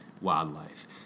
wildlife